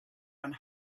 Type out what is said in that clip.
one